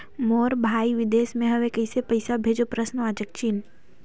मोर भाई विदेश मे हवे कइसे पईसा भेजो?